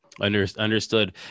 Understood